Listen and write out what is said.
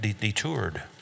detoured